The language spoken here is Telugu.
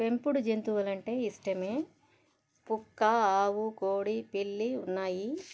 పెంపుడు జంతువులు అంటే ఇష్టమే కుక్క ఆవు కోడి పిల్లి ఉన్నాయి